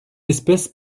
espèce